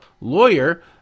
lawyer